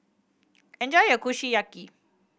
enjoy your Kushiyaki